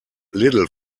little